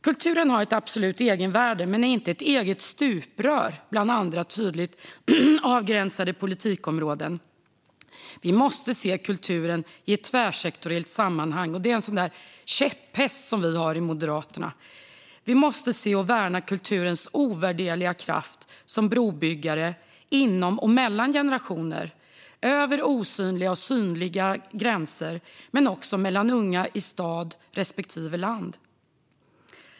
Kulturen har ett absolut egenvärde men är inte ett eget stuprör bland andra tydligt avgränsade politikområden. Vi måste se kulturen i ett tvärsektoriellt sammanhang; detta är en käpphäst som vi har i Moderaterna. Vi måste se och värna kulturens ovärderliga kraft som brobyggare inom och mellan generationer och över osynliga och synliga gränser, men också mellan unga i stad respektive på landsbygd.